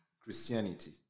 Christianity